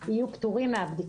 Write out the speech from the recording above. יהיו פטורים מהבדיקה.